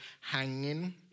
hanging